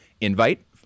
invite